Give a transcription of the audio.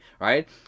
right